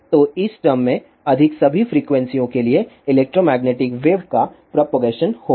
तो इस टर्म से अधिक सभी फ्रीक्वेंसीयों के लिए इलेक्ट्रोमैग्नेटिक वेव का प्रोपगेशन होगा